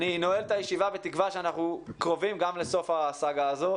אני נועל את הישיבה בתקווה שאנחנו קרובים גם לסוף הסאגה הזאת.